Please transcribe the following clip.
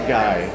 guy